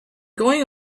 going